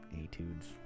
etudes